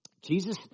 Jesus